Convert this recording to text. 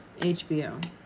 HBO